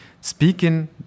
speaking